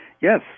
Yes